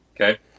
okay